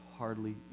hardly